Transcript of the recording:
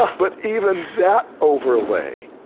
ah but even that overlay,